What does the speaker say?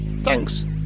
thanks